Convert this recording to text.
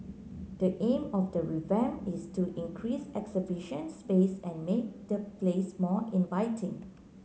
the aim of the revamp is to increase exhibition space and make the place more inviting